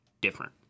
different